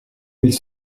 mille